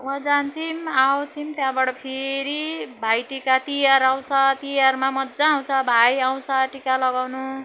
वहाँ जान्थ्यौँ आउँथ्यौँ त्यहाँबाट फेरि भाइटिका तिहार आउँछ तिहारमा मजा आउँछ भाइ आउँछ टिका लगाउनु